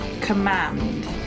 Command